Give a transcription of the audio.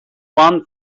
one